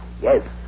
Yes